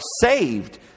saved